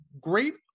great